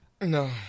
no